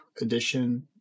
edition